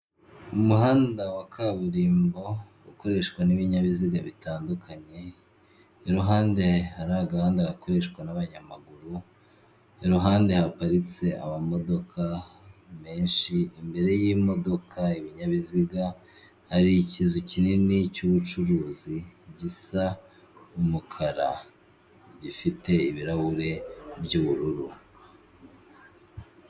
Umuhanda wa kaburimbo ukoreshwa n'ibinyabiziga bitandukanye, iruhande hari agahanda gakoreshwa n'abanyamaguru, iruhande haparitse amamodoka menshi imbere y'imodoka ibinyabiziga hari ikizu kinini cy'ubucuruzi gisa umukara gifite ibirahuri by'ubururu.